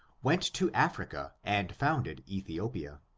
went to africa and founded ethiopia.